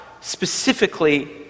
specifically